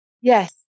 Yes